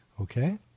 Okay